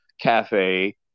cafe